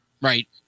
Right